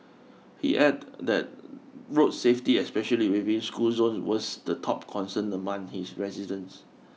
he add that road safety especially within school zones was the top concern among his residents